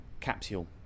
capsule